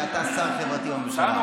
שאתה שר חברתי בממשלה,